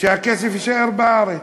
שהכסף יישאר בארץ.